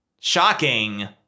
shocking